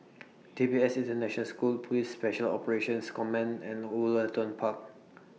D P S International School Police Special Operations Command and Woollerton Park